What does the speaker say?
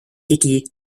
higi